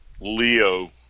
Leo